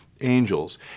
angels